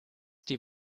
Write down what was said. die